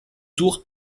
tours